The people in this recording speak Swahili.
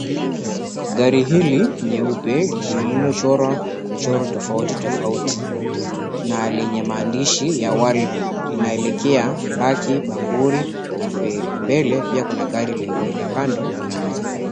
Gari hili nyeupe lililochorwa michoro tofauti tofauti na lenye maandishi ya 'world' linaelekea Mbake, Bamburi na Feri. Mbele pia kuna gari lingine. Kando kuna majumba.